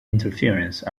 interference